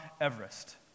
Everest